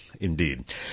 Indeed